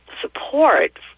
support